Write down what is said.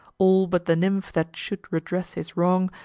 all but the nymph that should redress his wrong,